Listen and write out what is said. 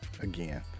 again